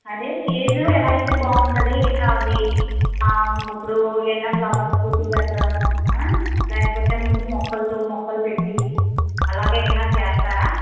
అదే స్టేజు ఎలా అయితే బాగుంటుంది అవి ఇప్పుడు ఏమైనా ఫ్లవర్స్ తోటి గట్రాను లేకపోతే ముందు మొక్కలతో మొక్కలు పెట్టి అలాగేమైనా చేస్తారా